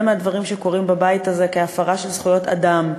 מהדברים שקורים בבית הזה הם הפרה של זכויות אדם,